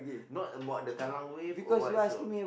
not about the Kallang Wave or what is so